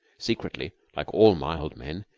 secretly, like all mild men,